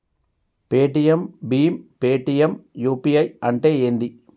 Paytm భీమ్ Paytm UPI అంటే ఏంది?